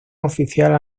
oficial